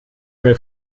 mail